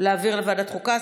להעביר לוועדת החוקה.